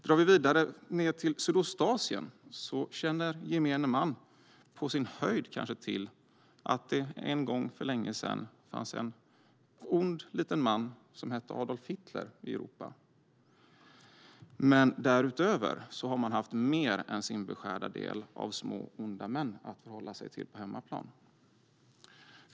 Drar vi vidare ned till Sydostasien känner gemene man på sin höjd till att det en gång för länge sedan fanns en ond liten man i Europa som hette Adolf Hitler. Därutöver har man haft mer än sin beskärda del av egna små onda män att förhålla sig till på hemmaplan.